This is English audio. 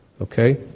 Okay